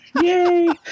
Yay